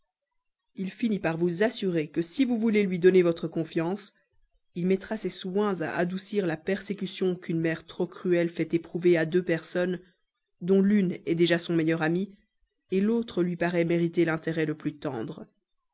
il finit par vous assurer que si vous lui donnez votre confiance il mettra tous ses soins à adoucir la persécution qu'une mère trop cruelle fait éprouver à deux personnes dont l'une est déjà son meilleur ami l'autre lui paraît mériter l'intérêt le plus tendre